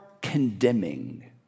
condemning